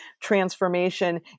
transformation